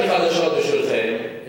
יש לי חדשות בשבילכם.